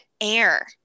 air